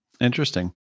Interesting